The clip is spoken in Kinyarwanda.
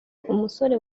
umusore